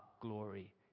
glory